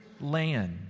land